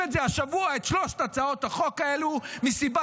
מעבירים השבוע את שלוש הצעות החוק האלו מסיבה